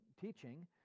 teaching